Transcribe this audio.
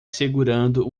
segurando